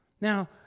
Now